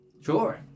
Sure